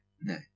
no